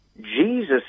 Jesus